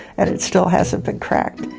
and it still hasn't been cracked.